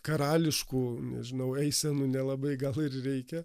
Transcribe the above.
karališkų nežinau eisenų nelabai gal ir reikia